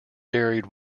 varied